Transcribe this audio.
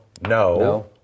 No